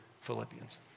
Philippians